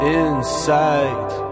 inside